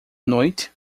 noite